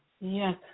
yes